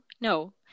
No